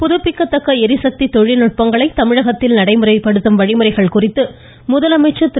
புதுப்பிக்கத்தக்க ளிசக்தி தொழில்நுட்பங்கள் தமிழகத்தில் நடைமுறைப்படுத்தும் வழிமுறைகள் குறித்து முதலமைச்சர் திரு